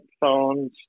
phones